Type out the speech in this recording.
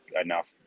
enough